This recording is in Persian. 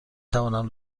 توانم